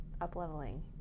up-leveling